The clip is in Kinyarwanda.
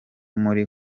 muri